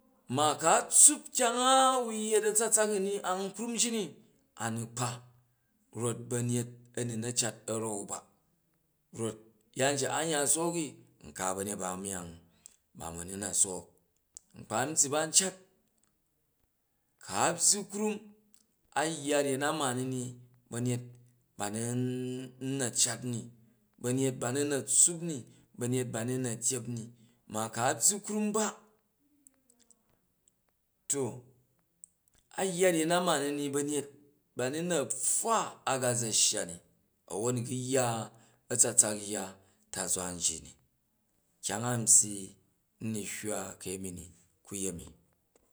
Ma ku a̱ tsuup kyang a wai yet a̱tsatsak u ni a̱n kruw ji ni a nu kpa, rot ba̱nyet a nu na cat a̱ zau ba, rot yan ji an ya sook ni nkpa ba̱nyet ba myang ba̱ ma̱ na n na sook, nkpa nbyyi ba̱ n cat ku a tyyi krum a yya ryen na ma ni ni ba̱nyet ba nan n na cat m, ba̱nyet ba nun na tsuup ni ba̱nyet ba nu n na dyep ni, ma ku a byyi krum ba to a yya ryen a mani ni banyet ba nu n na pfwa a ga za shya ni a̱won u guyya a̱tsatsak yya a̱ntazwa nji ni, kyama a n byyi n nu hywa kayemi ni u kuyenu.